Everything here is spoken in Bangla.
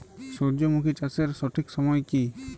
সূর্যমুখী চাষের সঠিক সময় কি?